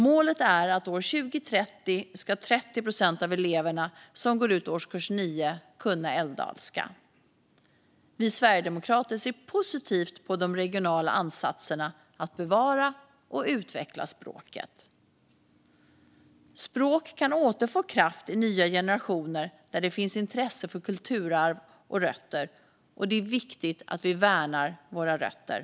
Målet är att år 2030 ska 30 procent av eleverna som går ut årskurs 9 kunna älvdalska. Vi sverigedemokrater ser positivt på de regionala ansatserna att bevara och utveckla språket. Språk kan återfå kraft i nya generationer där det finns intresse för kulturarv och rötter, och det är viktigt att vi värnar våra rötter.